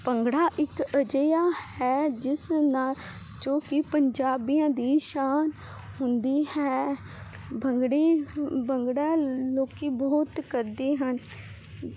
ਭੰਗੜ੍ਹਾ ਇੱਕ ਅਜਿਹਾ ਹੈ ਜਿਸ ਨਾਲ ਜੋ ਕੀ ਪੰਜਾਬੀਆਂ ਦੀ ਸ਼ਾਨ ਹੁੰਦੀ ਹੈ ਭੰਗੜੇ ਭੰਗੜਾ ਲੋਕੀ ਬਹੁਤ ਕਰਦੇ ਹਨ